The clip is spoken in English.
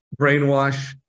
brainwash